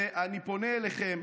אני פונה אליכם,